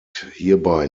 hierbei